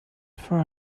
fur